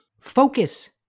Focus